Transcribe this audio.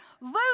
lose